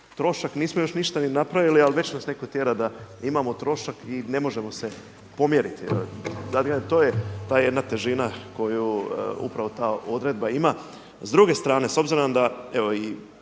trošak. Nismo još ništa ni napravili, a već nas netko tjera da imamo trošak i ne možemo se pomjeriti. Dakle, to je ta jedna težina koju upravo ta odredba ima. S druge strane obzirom da evo imam